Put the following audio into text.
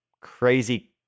crazy